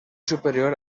superior